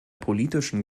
politischen